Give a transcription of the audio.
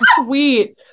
sweet